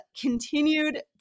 continued